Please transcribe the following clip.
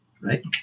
right